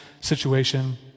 situation